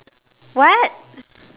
what